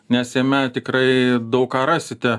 nes jame tikrai daug ką rasite